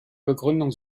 begründung